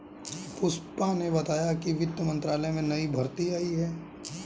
पुष्पा ने बताया कि वित्त मंत्रालय में नई भर्ती आई है